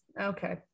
Okay